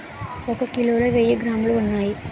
ఒక కిలోలో వెయ్యి గ్రాములు ఉన్నాయి